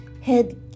head